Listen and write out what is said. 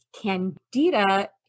candida